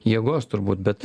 jėgos turbūt bet